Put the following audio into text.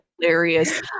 hilarious